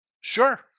Sure